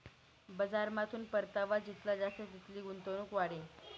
बजारमाथून परतावा जितला जास्त तितली गुंतवणूक वाढी